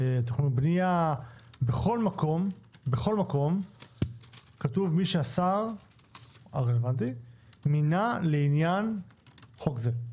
ובכל מקום כתוב: מי שהשר הרלוונטי מינה לעניין חוק זה.